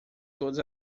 todas